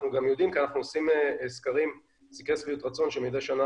אנחנו גם יודעים כי מדי שנה אנחנו עושים סקרי שביעות רצון ואנחנו